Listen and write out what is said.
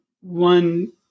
one